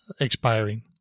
expiring